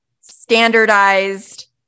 standardized